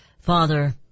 Father